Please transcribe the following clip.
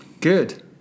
Good